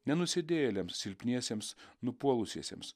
ne nusidėjėliams silpniesiems nupuolusiems